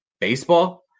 baseball